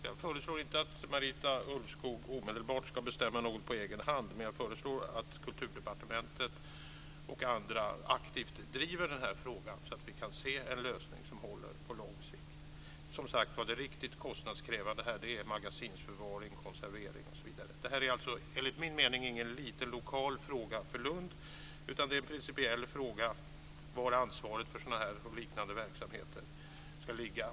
Jag föreslår inte att Maria Ulvskog omedelbart ska bestämma någonting på egen hand, men jag föreslår att Kulturdepartementet och andra aktivt driver den här frågan så det kan bli en lösning som håller på lång sikt. Det riktigt kostnadskrävande här är magasinsförvaring, konservering osv. Enligt min mening är detta ingen liten lokal fråga för Lund, utan det är en principiell fråga var ansvaret för sådana här verksamheter ska ligga.